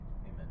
Amen